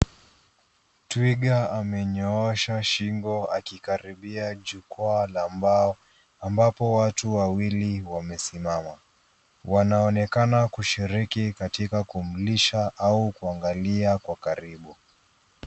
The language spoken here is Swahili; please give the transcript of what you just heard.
Twiga amenyoosha shingo akikaribia jukwaa la mbao ambapo watu wawili wamesimama. Wanaonekana kushiriki katika kumlisha au kuangalia kwa karibu.